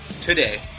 today